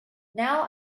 now